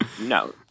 no